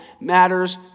matters